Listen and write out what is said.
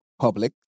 public